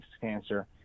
cancer